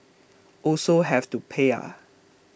also have to pay ah